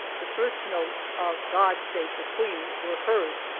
the first notes of god save the queen were heard.